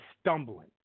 stumbling